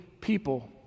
people